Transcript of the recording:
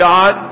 God